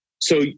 so-